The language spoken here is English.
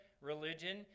religion